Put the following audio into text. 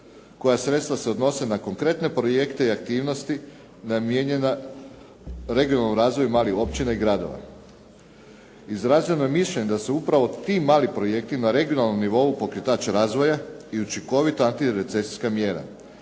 koja sredstva se odnose na konkretne projekte i aktivnosti namijenjena regionalnom razvoju malih općina i gradova. Izraženo je mišljenje da su upravo ti mali projekti na regionalnom nivou pokretač razvoja i učinkovita antirecesijska mjera.